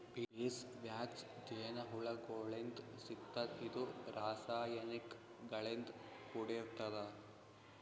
bees wax ಜೇನಹುಳಗೋಳಿಂತ್ ಸಿಗ್ತದ್ ಇದು ರಾಸಾಯನಿಕ್ ಗಳಿಂದ್ ಕೂಡಿರ್ತದ